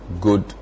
good